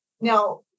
Now